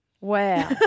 Wow